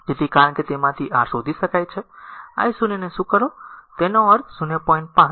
તેથી કારણ કે તેમાંથી r શોધી શકાય છે i 0 ને શું કરો તેનો અર્થ 0